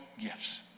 gifts